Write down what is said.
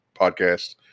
podcast